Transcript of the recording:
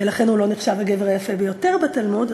ולכן הוא לא נחשב הגבר היפה ביותר בתלמוד.